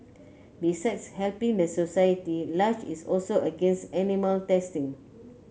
besides helping the society Lush is also against animal testing